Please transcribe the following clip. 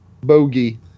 Bogey